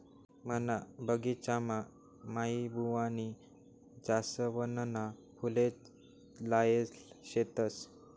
मना बगिचामा माईबुवानी जासवनना फुले लायेल शेतस